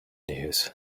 news